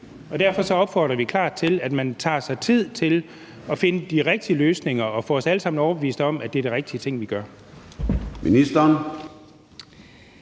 Derfor opfordrer vi klar til, at man tager sig tid til at finde de rigtige løsninger og få os alle sammen overbevist om, at det er de rigtige ting, vi gør.